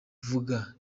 vuga